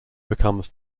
becomes